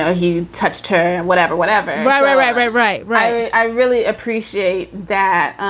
ah he touched her and whatever. whatever. right, right, right, right, right, right. i really appreciate that